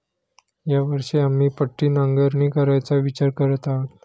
या वर्षी आम्ही पट्टी नांगरणी करायचा विचार करत आहोत